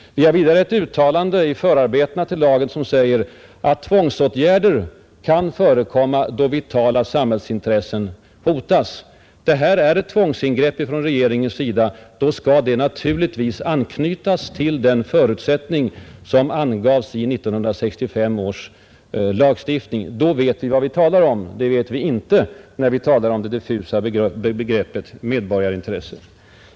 Vi har vidare ett uttalande i förarbetena till lagen som säger att tvångsåtgärder kan förekomma då ”vitala samhällsintressen” hotas. Lagen är ett tvångsingrepp från regeringens sida. Då skall det naturligtvis anknytas till den förutsättning som angavs i 1965 års lagstiftning. Då vet vi vad vi talar om. Det vet vi inte när vi inför det diffusa begreppet medborgarintresse.